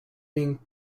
being